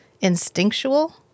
instinctual